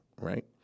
right